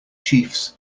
chiefs